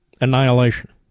annihilation